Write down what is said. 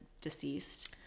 deceased